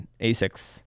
ASICs